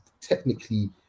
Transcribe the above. technically